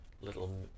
little